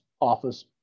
office